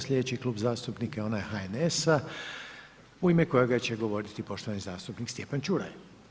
Sljedeći Klub zastupnika je onaj HNS-a u ime kojega će govoriti poštovani zastupnik Stjepan Čuraj.